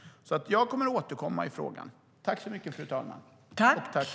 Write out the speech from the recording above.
Jag kommer att återkomma i frågan.